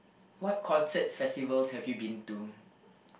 what concerts festivals have you been to